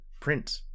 print